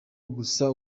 gusa